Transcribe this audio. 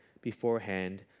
beforehand